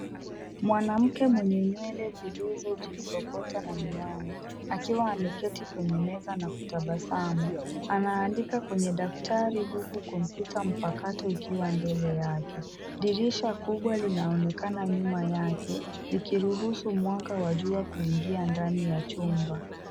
Mwanamke mwenye nywele zilizojisokota na miwani, akiwa ameketi kwenye meza na kutabasamu. Anaandika kwenye daftari huku kompyuta mpakato ikiwa mbele yake. Dirisha kubwa linaonekana nyuma yake, likiruhusu mwanga wa jua kuingia ndani ya chumba.